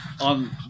on